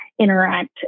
interact